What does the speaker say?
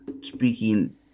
speaking